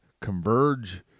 Converge